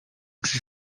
przy